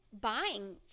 buying